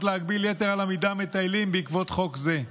להגביל יתר על המידה מטיילים בעקבות חוק זה.